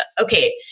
okay